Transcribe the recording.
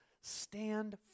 stand